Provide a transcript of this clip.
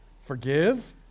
Forgive